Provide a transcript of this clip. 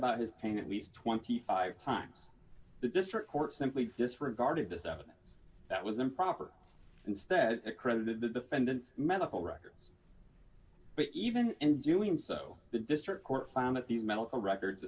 about his pain at least twenty five times the district court simply disregarded this evidence that was improper instead it credited the defendant's medical records but even in doing so the district court found that these medical records